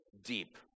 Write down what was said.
deep